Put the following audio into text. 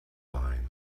line